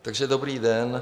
Takže dobrý den.